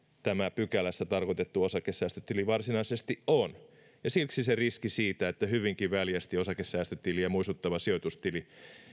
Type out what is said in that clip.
tämä pykälässä tarkoitettu osakesäästötili varsinaisesti on siksi on riski siitä että hyvinkin väljästi osakesäästötiliä muistuttava sijoitustili